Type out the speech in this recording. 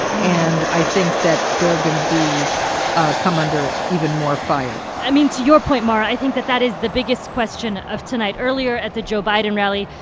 and i think that they're going to be come under even more fire i mean, to your point, mara, i think that that is the biggest question of tonight. earlier at the joe biden rally,